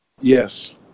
Yes